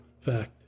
fact